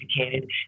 educated